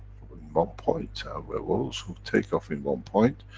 but in one point and where those who take off in one point,